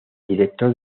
director